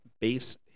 base